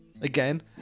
Again